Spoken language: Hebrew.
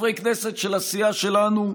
חברי כנסת של הסיעה שלנו,